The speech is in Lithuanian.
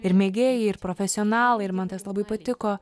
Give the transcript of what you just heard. ir mėgėjai ir profesionalai ir man tas labai patiko